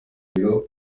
biro